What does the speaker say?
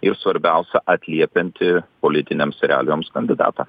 ir svarbiausia atliepiantį politinėms realijoms kandidatą